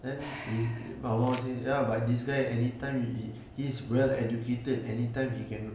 then is mama say ya but this guy anytime he he he's well educated anytime he can